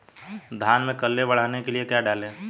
धान में कल्ले बढ़ाने के लिए क्या डालें?